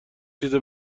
چیزی